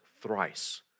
thrice